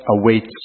awaits